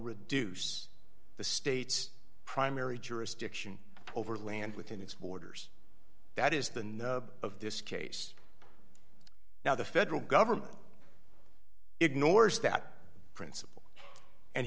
reduce the state's primary jurisdiction over land within its borders that is than the of this case now the federal government ignores that principle and